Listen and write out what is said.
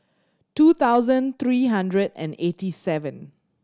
two thousand three hundred and eighty seven